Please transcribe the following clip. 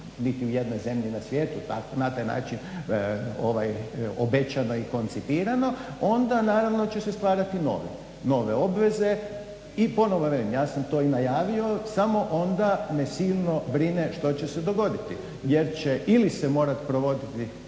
niti jednoj zemlji ja svijetu, a na taj način je obećano i koncipirano. Onda naravno će se stvarati nove obveze i ponovo velim. Ja sam to i najavio, samo onda me silno brine što će se dogoditi, jer će ili se morati provoditi